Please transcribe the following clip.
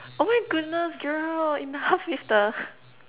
oh my goodness girl enough with the